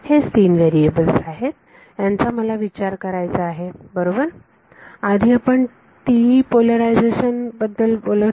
हेच तीन व्हेरीएबल्स आहेत यांचा मला विचार करायचा आहे बरोबर आधी आपण TE पोलरायझेरेशनकरत आहोत